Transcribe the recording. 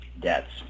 deaths